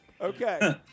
Okay